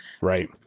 Right